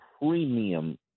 premium